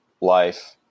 life